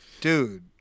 Dude